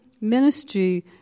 ministry